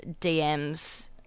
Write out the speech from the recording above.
DMs